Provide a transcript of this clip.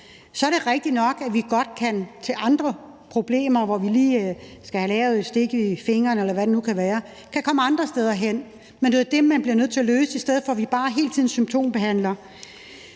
Så er det rigtigt, at vi godt i forbindelse med problemer, hvor vi lige skal have et stik i fingeren, eller hvad det nu kan være, kan komme andre steder hen, men det er jo det, man bliver nødt til at løse, i stedet for at vi bare hele tiden symptombehandler.